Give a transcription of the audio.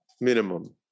minimum